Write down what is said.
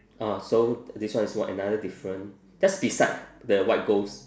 orh so this one is what another different that's beside the white ghost